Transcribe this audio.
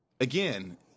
again